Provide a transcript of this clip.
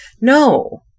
No